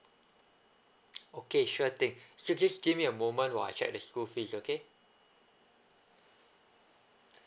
okay sure thing so just give me a moment while I check the school fees okay